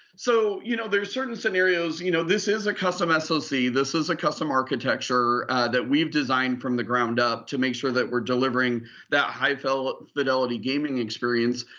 so you know there's certain scenarios, you know this is a custom and so soc. this is a custom architecture that we've designed from the ground up to make sure that we're delivering that high-fidelity high-fidelity gaming experience.